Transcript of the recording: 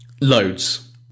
Loads